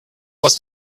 was